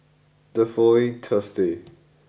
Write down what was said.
the following Thursday